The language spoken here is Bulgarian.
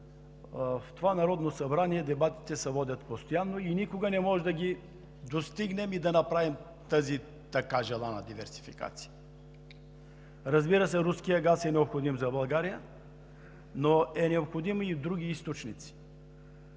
в това Народно събрание дебатите се водят постоянно и никога не може да ги достигнем и да направим тази така желана диверсификация. Разбира се, руският газ е необходим за България, но са необходими и други източници.